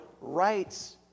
rights